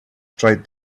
tried